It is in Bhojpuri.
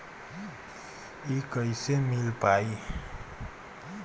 इ कईसे मिल पाई?